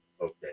Okay